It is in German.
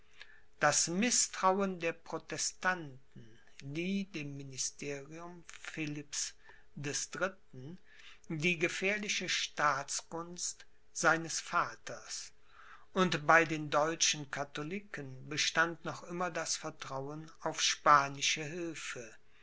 das mißtrauen der protestanten lieh dem ministerium philipps des dritten die gefährliche staatskunst seines vaters und bei den deutschen katholiken bestand noch immer das vertrauen auf spanische hilfe